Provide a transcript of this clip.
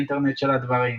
"האינטרנט של הדברים?",